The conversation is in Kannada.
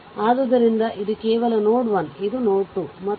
ಆದ್ದರಿಂದ ಇದು ಕೇವಲ ನೋಡ್ 1 ಇದು ನೋಡ್ 2